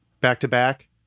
back-to-back